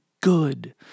good